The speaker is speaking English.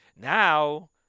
Now